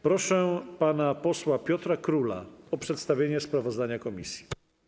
Proszę pana posła Piotra Króla o przedstawienie sprawozdania komisji.